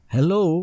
Hello